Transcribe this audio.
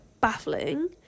baffling